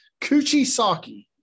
Kuchisaki